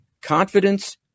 Confidence